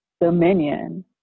dominion